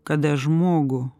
kada žmogų